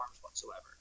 whatsoever